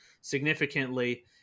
significantly